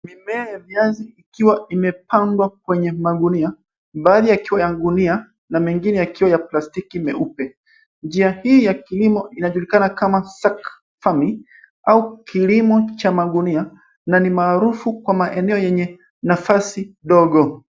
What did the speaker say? Mimea ya viazi ikiwa imepandwa kwenye magunia, baadhi yakiwa ya gunia na mengine yakiwa ya plastiki meupe. Njia hii ya kilimo inajulikana kama sack farming au kilimo cha magunia na ni maarufu kwa maeneo enye nafasi ndogo.